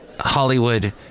Hollywood